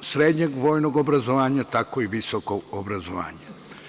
srednjeg vojnog obrazovanja, tako i visokog obrazovanja.